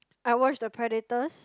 I watch the Predators